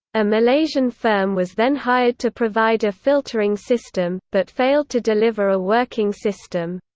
a malaysian firm was then hired to provide a filtering system, but failed to deliver a working system.